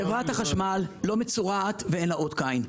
חברת החשמל לא מצורעת ואין לה אות קין.